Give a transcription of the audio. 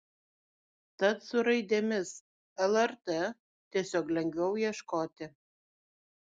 tad su raidėmis lrt tiesiog lengviau ieškoti